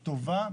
טובה,